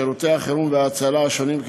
שירותי החירום וההצלה השונים,